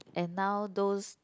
and now those